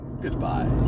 Goodbye